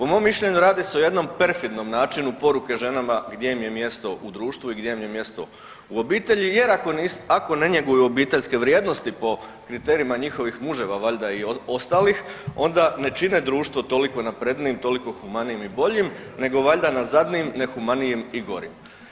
U mom mišljenju radi se o jednom perfidnom načinu poruke ženama gdje im je mjesto u društvu i gdje im je mjesto u obitelji jer ako ne njeguju obiteljske vrijednosti po kriterijima njihovih muževa valjda i ostalih onda ne čine društvo toliko naprednijim, toliko humanijim i boljim nego valjda nazadnijim, nehumanijim i gorim.